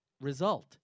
result